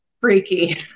Freaky